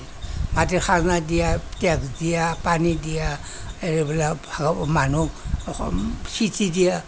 মাটিৰ খাজনা দিয়া টেক্স দিয়া পানী দিয়া এইবিলাক মানুহক চিঠি দিয়া